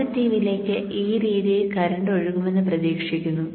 പോസിറ്റീവിലേക്ക് ഈ രീതിയിൽ കറന്റ് ഒഴുകുമെന്ന് പ്രതീക്ഷിക്കുന്നു